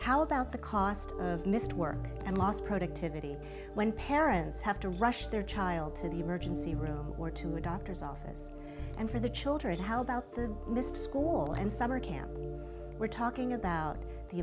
how about the cost of missed work and lost productivity when parents have to rush their child to the emergency room or to a doctor's office and for the children how about the missed school and summer camp we're talking